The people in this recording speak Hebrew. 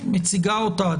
מציגה אותה,